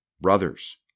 Brothers